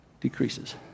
decreases